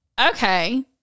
Okay